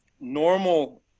normal